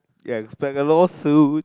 ya expect a law suit